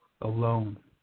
alone